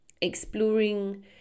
exploring